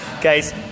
Guys